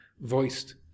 voiced